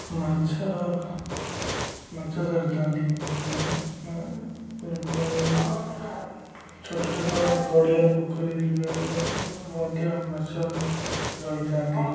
ମାଛ ମାଛ ଧରିଥାନ୍ତିଲୋକ ଛୋଟ ଛୋଟ ଗଡ଼ିଆ ପୋଖରୀରେ ମଧ୍ୟ ମାଛ ରହିଥାନ୍ତି